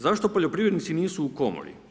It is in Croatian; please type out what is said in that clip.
Zašto poljoprivrednici nisu u komori?